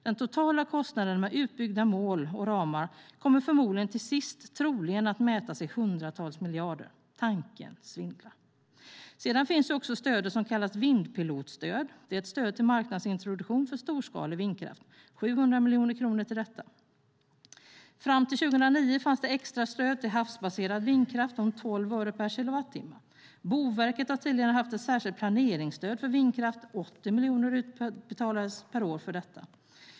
Den totala kostnaden med utbyggda mål och ramar kommer till sist troligen att mätas i hundratals miljarder. Tanken svindlar. Sedan finns också det så kallade vindpilotstödet, ett stöd till marknadsintroduktion för storskalig vindkraft. 700 miljoner kronor går till detta. Fram till 2009 fanns ett extra stöd till havsbaserad vindkraft om 12 öre per kilowattimme. Boverket har tidigare haft ett särskilt planeringsstöd för vindkraft. 80 miljoner per år utbetalades för detta.